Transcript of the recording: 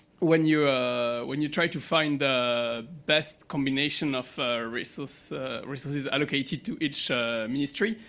when you ah when you try to find the best combination of resources resources allocated to each ministry,